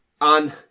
On